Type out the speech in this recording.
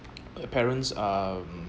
parents um